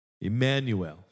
Emmanuel